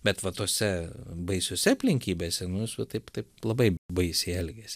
bet va tose baisiose aplinkybėse nu jis va taip taip labai baisiai elgiasi